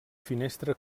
finestra